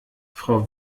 frau